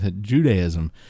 Judaism